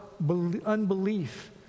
unbelief